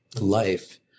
life